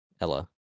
Ella